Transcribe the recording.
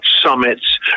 summits